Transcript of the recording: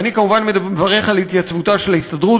אני כמובן מברך על התייצבותה של ההסתדרות